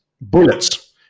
bullets